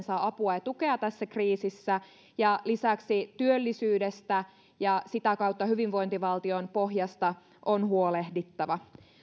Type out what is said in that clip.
saa apua ja tukea tässä kriisissä ja lisäksi työllisyydestä ja sitä kautta hyvinvointivaltion pohjasta on huolehdittava